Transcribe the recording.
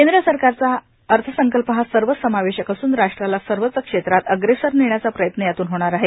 केंद्र सरकारचा अर्थसंकल्प हा सर्वसमावेशक असून राष्ट्राला सर्वच क्षेत्रात अग्रेसर नेण्याचा प्रयत्न यातून होणार आहे